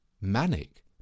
manic